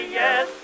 yes